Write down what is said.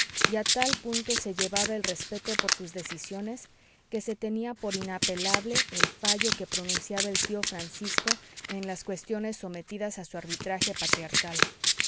y a tal punto se llevaba el respeto por sus decisiones que se tenía por inapelable el fallo que pronunciaba el tío francisco en las cuestiones sometidas a su arbitraje patriarcal